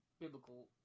biblical